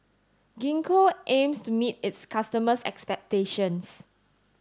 Gingko aims to meet its customers' expectations